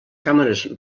càmeres